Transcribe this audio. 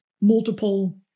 multiple